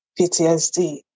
PTSD